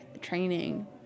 training